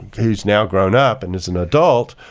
who's now grown up and is an adult